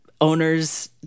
owners